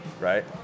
right